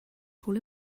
call